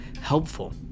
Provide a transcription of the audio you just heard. helpful